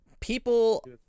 people